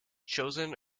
chosen